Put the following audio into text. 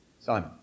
Simon